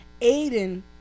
Aiden